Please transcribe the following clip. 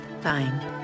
Fine